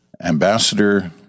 Ambassador